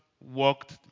walked